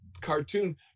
cartoon